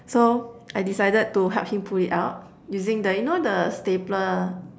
so I decided to help him pull it out using the you know the stapler